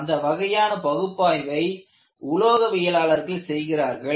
அந்த வகையான பகுப்பாய்வை உலோகவியலாளர்கள் செய்கிறார்கள்